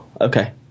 okay